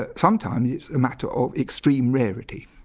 ah sometimes it's a matter of extreme rarity,